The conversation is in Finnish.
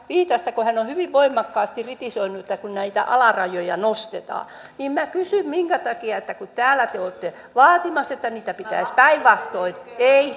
viitaselta kun hän on hyvin voimakkaasti kritisoinut sitä että näitä alarajoja nostetaan minä kysyn minkä takia kun täällä te te olette vaatimassa että niitä pitäisi päinvastoin